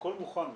הכל מוכן,